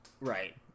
right